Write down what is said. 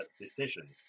decisions